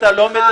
אתה לא מדייק.